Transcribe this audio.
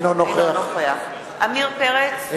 אינו נוכח עמיר פרץ,